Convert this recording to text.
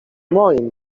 moim